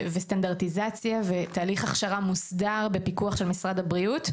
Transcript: סטנדרטיזציה ותהליך הכשרה מוסדר בפיקוח של משרד הבריאות,